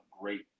great